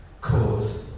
cause